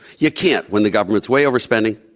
you can't when the government's way overspending,